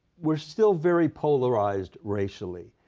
we're still very polarized racially.